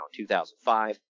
2005